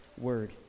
word